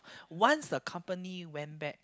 once the company went back